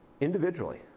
individually